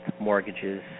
mortgages